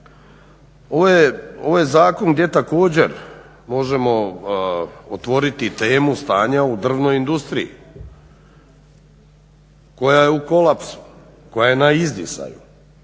Ovo je zakon gdje također možemo otvoriti temu stanja u drvnoj industriji koja je u kolapsu, koja je na izdisaju.